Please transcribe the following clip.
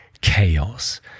chaos